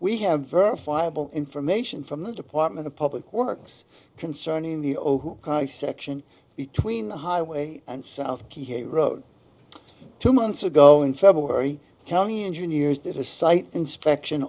we have verifiable information from the department of public works concerning the i section between the highway and south key he wrote two months ago in february county engineers did a site inspection